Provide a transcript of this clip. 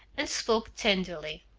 and spoke tenderly.